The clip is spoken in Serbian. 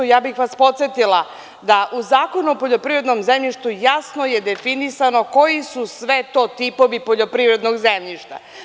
Ja bih vas podsetila da u Zakonu o poljoprivrednom zemljištu, jasno je definisano koji su sve to tipovi poljoprivrednog zemljišta.